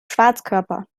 schwarzkörper